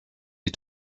die